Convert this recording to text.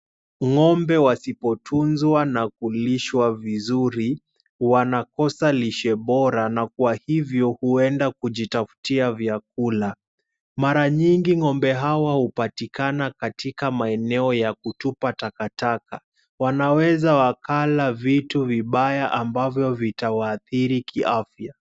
Ng'ombe wasipotunzwa na kulishwa vizuri wanakosa lishe bora, na kwa hivyo huenda kujitafutia vyakula, mara nyingi ng'ombe hawa hupatikana katika maeneo ya kutupa takataka, wanaweza wakala vitu vibaya ambavyo vitawaathiri kiafya.